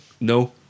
No